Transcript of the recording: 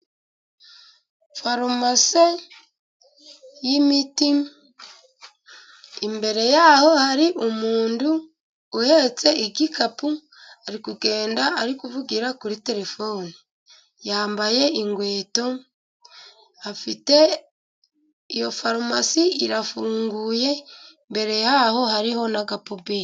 Farumase y'imiti, imbere ya ho hari umuntu uhetse igikapu, ari kugenda ari kuvugira kuri terefone. Yambaye inkweto, afite, iyo farumasi irafunguye, imbere ya ho hariho n'agapuberi.